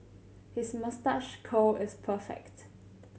his moustache curl is perfect